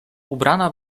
ubrana